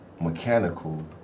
mechanical